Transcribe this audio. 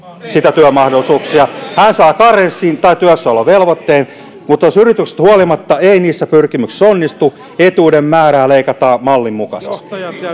niitä työmahdollisuuksia hän saa karenssin tai työssäolovelvoitteen mutta jos yrityksistä huolimatta ei niissä pyrkimyksissä onnistu etuuden määrää leikataan mallin mukaisesti